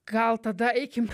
gal tada eikim